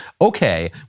Okay